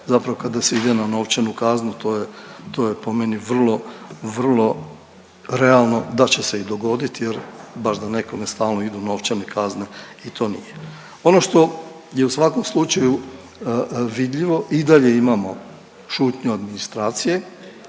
zapravo kada se ide na novčanu kaznu, to je, to je po meni vrlo, vrlo realno da će se i dogoditi jer baš da nekome stalno idu novčane kazne, ni to nije. Ono što je u svakom slučaju vidljivo, i dalje imamo šutnju administracije,